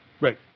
right